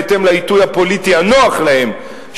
בהתאם לעיתוי הפוליטי הנוח להם,